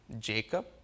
Jacob